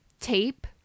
tape